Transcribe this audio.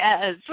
Yes